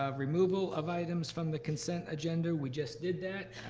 ah removal of items from the consent agenda, we just did that.